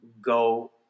go